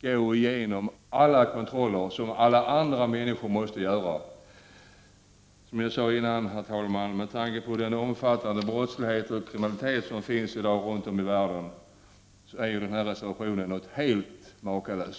gå förbi alla de kontroller som alla andra människor måste gå igenom? Med tanke på den omfattande brottslighet och kriminalitet som finns runt om i världen i dag är denna reservation helt makalös.